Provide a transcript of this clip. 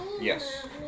Yes